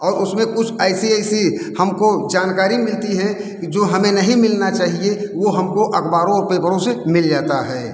और उसमें कुछ ऐसी ऐसी हमको जानकारी मिलती हैं कि जो हमें नहीं मिलना चाहिए वो हमको अख़बारों और पेपरों से मिल जाता है